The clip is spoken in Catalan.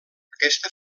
aquesta